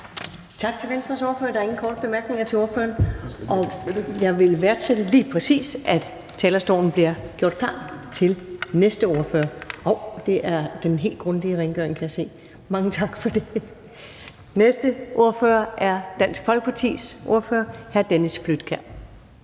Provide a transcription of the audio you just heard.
Tak til Venstres ordfører. Der er ingen korte bemærkninger til ordføreren. Jeg værdsætter, at talerstolen bliver gjort klar – lige præcis som ordføreren gør – til den næste ordfører. Det er den helt grundige rengøring, kan jeg se. Mange tak for det. Den næste ordfører er Dansk Folkepartis ordfører, hr. Dennis Flydtkjær.